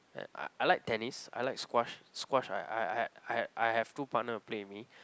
I I like tennis I like squash squash I I I I have two partner to play with me